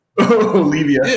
Olivia